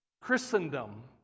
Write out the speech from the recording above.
Christendom